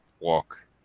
walk